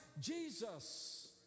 Jesus